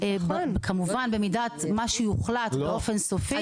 כמובן במידה מה שיוחלט באופן סופי, יהיה שיחלוף.